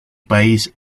país